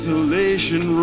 Isolation